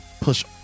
push